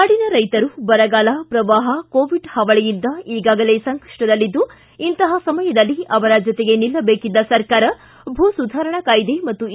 ನಾಡಿನ ರೈತರು ಬರಗಾಲ ಪ್ರವಾಹ ಕೋವಿಡ್ ಹಾವಳಿಯಿಂದ ಈಗಾಗಲೇ ಸಂಕಷ್ಟದಲ್ಲಿದ್ದು ಇಂತಹ ಸಮಯದಲ್ಲಿ ಅವರ ಜೊತೆಗೆ ನಿಲ್ಲಬೇಕಿದ್ದ ಸರ್ಕಾರ ಭೂಸುಧಾರಣಾ ಕಾಯ್ದೆ ಮತ್ತು ಎ